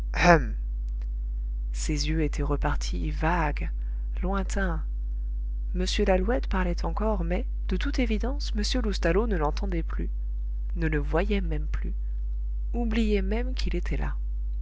ses yeux étaient repartis vagues lointains m lalouette parlait encore mais de toute évidence m loustalot ne l'entendait plus ne le voyait même plus oubliait même qu'il était là